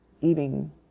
eating